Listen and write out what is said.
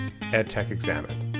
edtechexamined